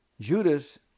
Judas